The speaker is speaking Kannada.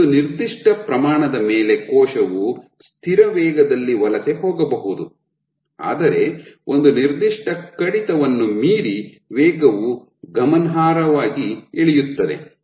ಒಂದು ನಿರ್ದಿಷ್ಟ ಪ್ರಮಾಣದ ಮೇಲೆ ಕೋಶವು ಸ್ಥಿರ ವೇಗದಲ್ಲಿ ವಲಸೆ ಹೋಗಬಹುದು ಆದರೆ ಒಂದು ನಿರ್ದಿಷ್ಟ ಕಡಿತವನ್ನು ಮೀರಿ ವೇಗವು ಗಮನಾರ್ಹವಾಗಿ ಇಳಿಯುತ್ತದೆ